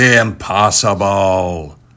Impossible